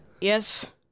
Yes